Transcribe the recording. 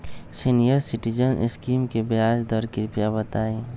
senior citizen scheme के ब्याज दर कृपया बताईं